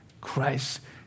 Christ